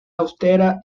austera